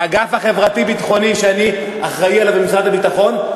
האגף החברתי-ביטחוני שאני אחראי לו במשרד הביטחון,